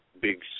big